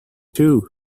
too